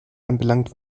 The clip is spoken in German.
anbelangt